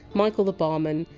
michael the barman,